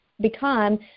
become